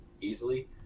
easily